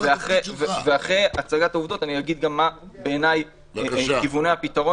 אחרי הצגת העובדות אני גם אומר מה בעיניי כיווני הפתרון